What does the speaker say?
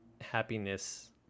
happiness